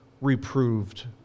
reproved